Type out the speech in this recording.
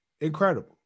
incredible